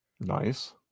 Nice